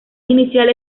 inicial